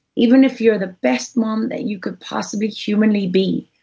even if you're the best mom that you could possibly humanly be,